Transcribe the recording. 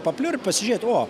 papliurpt pasižiūrėt o